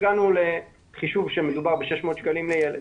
הגענו לחישוב שמדובר ב-600 שקלים לילד.